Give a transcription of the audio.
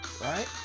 Right